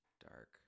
Dark